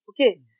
Okay